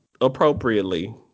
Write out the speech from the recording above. appropriately